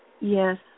Yes